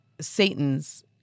Satan's